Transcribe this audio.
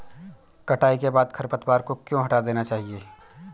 कटाई के बाद खरपतवार को क्यो हटा देना चाहिए?